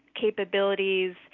capabilities